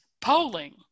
polling